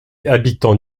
habitant